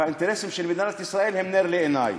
והאינטרסים של מדינת ישראל הם נר לעיני.